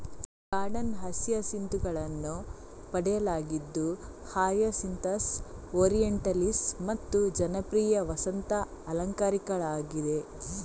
garden ಹಸಿಯಸಿಂತುಗಳನ್ನು ಪಡೆಯಲಾಗಿದ್ದು hyacinthus, orientalis ಮತ್ತು ಜನಪ್ರಿಯ ವಸಂತ ಅಲಂಕಾರಿಕಗಳಾಗಿವೆ